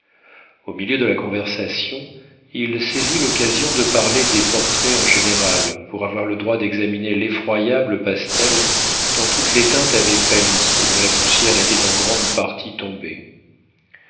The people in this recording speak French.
au milieu de la conversation il saisit l'occasion de parler des portraits en général pour avoir le droit d'examiner l'effroyable pastel dont toutes les teintes avaient pâli et dont la poussière était en grande partie tombée